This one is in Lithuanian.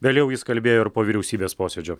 vėliau jis kalbėjo ir po vyriausybės posėdžio